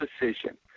decision